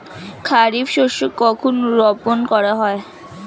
খারিফ শস্য কখন রোপন করা হয়?